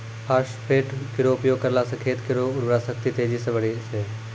phosphate केरो उपयोग करला सें खेत केरो उर्वरा शक्ति तेजी सें बढ़ै छै